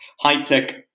high-tech